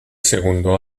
segundo